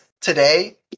today